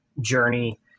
journey